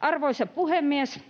Arvoisa puhemies!